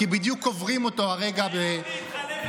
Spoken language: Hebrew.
כי בדיוק קוברים אותו הרגע באנגליה.